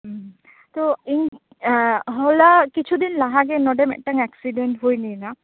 ᱦᱩᱸ ᱛᱚ ᱤᱧ ᱮᱸᱻ ᱦᱚᱞᱟ ᱠᱤᱪᱷᱩᱫᱤᱱ ᱞᱟᱦᱟ ᱜᱮ ᱱᱚᱰᱮ ᱢᱮᱫᱴᱟᱝ ᱮᱠᱥᱤᱰᱮᱱᱴ ᱦᱩᱭ ᱞᱮᱱᱟ